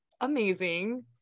amazing